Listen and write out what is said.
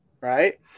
right